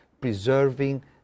preserving